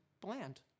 bland